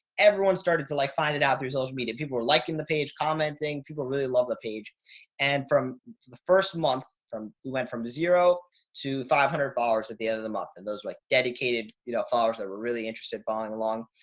everyone started to like find it out through social media. people were liking the page, commenting. people really love the page and from the first month you went from a zero to five hundred dollars at the end of the month and those way dedicated, you know, followers that were really interested in following along.